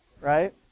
right